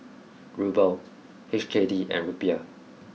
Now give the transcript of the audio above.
Ruble H K D and Rupiah